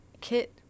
kit